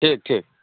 ठीक ठीक